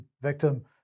victim